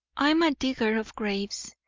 i'm a digger of graves,